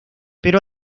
pero